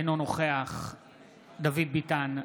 אינו נוכח דוד ביטן,